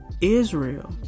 Israel